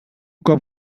cop